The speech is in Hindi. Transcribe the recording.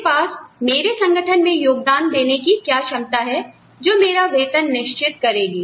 मेरे पास मेरे संगठन में योगदान देने की क्या क्षमता है जो मेरा वेतन निश्चित करेगी